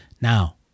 Now